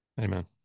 Amen